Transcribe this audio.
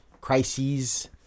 crises